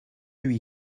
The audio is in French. lui